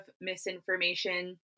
misinformation